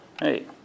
hey